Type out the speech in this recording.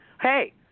Hey